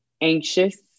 Anxious